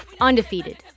undefeated